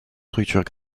structures